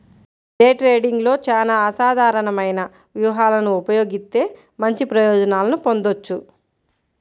day ట్రేడింగ్లో చానా అసాధారణమైన వ్యూహాలను ఉపయోగిత్తే మంచి ప్రయోజనాలను పొందొచ్చు